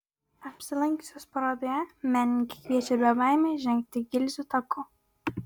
apsilankiusius parodoje menininkė kviečia be baimės žengti gilzių taku